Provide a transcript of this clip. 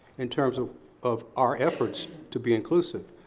in terms of of our efforts to be inclusive.